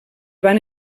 van